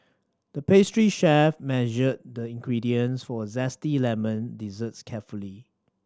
the pastry chef measured the ingredients for a zesty lemon dessert carefully